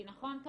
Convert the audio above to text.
כי נכון,